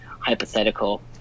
hypothetical